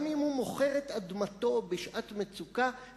גם אם הוא מוכר את אדמתו בשעת מצוקה,